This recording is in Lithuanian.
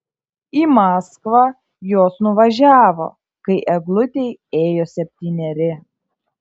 į maskvą jos nuvažiavo kai eglutei ėjo septyneri